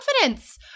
confidence